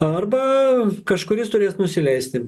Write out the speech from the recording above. arba kažkuris turės nusileisti